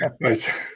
Nice